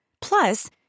Plus